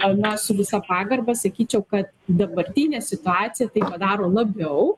na su visa pagarba sakyčiau kad dabartinė situacija tai daro labiau